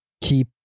keep